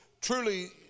Truly